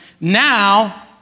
Now